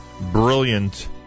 brilliant